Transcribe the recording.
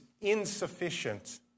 insufficient